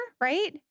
right